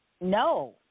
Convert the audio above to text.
No